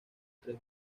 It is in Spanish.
tres